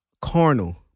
carnal